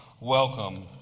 welcome